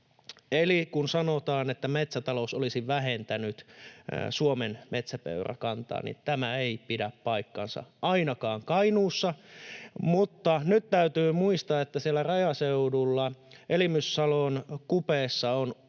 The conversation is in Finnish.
kun sanotaan, että metsätalous olisi vähentänyt Suomen metsäpeurakantaa, niin tämä ei pidä paikkaansa ainakaan Kainuussa. Mutta nyt täytyy muistaa, että siellä rajaseudulla Elimyssalon kupeessa on